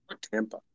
Tampa